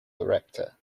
director